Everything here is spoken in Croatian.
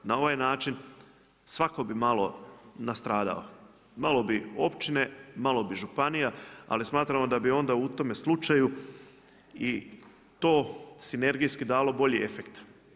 Na ovaj način svako bi malo nastradao, malo bi općine, malo bi županija, ali smatramo da bi onda u tome slučaju i to sinergijski dalo bolji efekt.